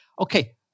okay